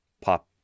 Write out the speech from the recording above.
pop